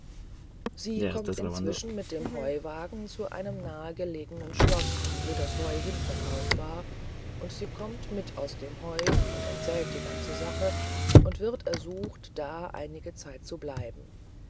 sie kommt inzwischen mit dem heuwagen zu einem nah bei gelegenen schloß wo das heu hin verkauft war und sie kommt mit aus dem heu und erzählt die ganze sache und wird ersucht da einige zeit zu bleiben